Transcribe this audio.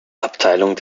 abteilung